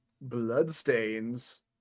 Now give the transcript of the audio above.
Bloodstains